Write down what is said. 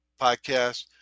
podcast